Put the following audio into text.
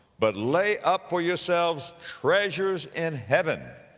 but lay up for yourselves treasures in heaven,